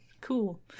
Cool